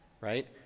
right